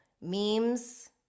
memes